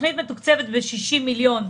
מזה 20 שנה